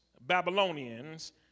Babylonians